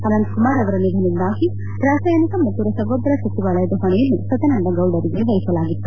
ಅನಂತಕುಮಾರ್ ಅವರ ನಿಧನದಿಂದಾಗಿ ರಾಸಯನಿಕ ಮತ್ತು ರಸಗೊಬ್ಬರ ಸಚಿವಾಲಯದ ಹೊಣೆಯನ್ನು ಸದಾನಂದಗೌಡ ಅವರಿಗೆ ವಹಿಸಲಾಗಿತ್ತು